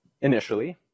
initially